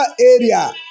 area